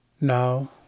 Now